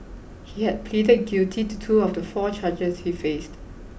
he had pleaded guilty to two of the four charges he faced